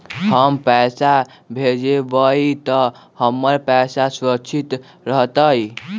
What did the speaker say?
हम पैसा भेजबई तो हमर पैसा सुरक्षित रहतई?